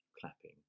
clapping